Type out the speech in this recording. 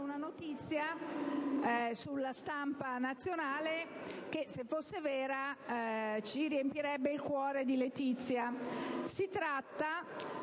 una notizia sugli organi di stampa nazionali che, se fosse vera, ci riempirebbe il cuore di letizia.